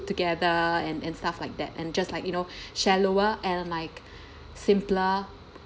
together and and stuff like that and just like you know shallower and um like simpler